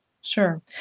Sure